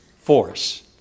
force